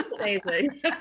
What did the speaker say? amazing